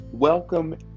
Welcome